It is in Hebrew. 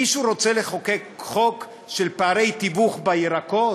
מישהו רוצה לחוקק חוק של פערי תיווך בירקות?